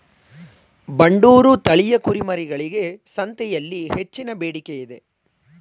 ಬಂಡೂರು ತಳಿಯ ಕುರಿಮರಿಗಳಿಗೆ ಸಂತೆಯಲ್ಲಿ ಹೆಚ್ಚಿನ ಬೇಡಿಕೆ ಇದೆ